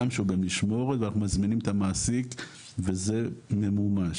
גם שהוא במשמורת ואנחנו מזמינים את המעסיק וזה ממומש.